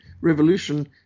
revolution